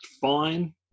fine